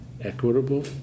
equitable